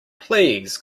please